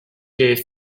gave